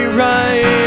right